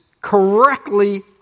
correctly